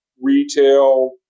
retail